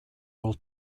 will